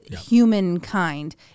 humankind